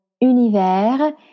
Univers